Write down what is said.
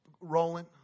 rolling